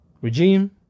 regime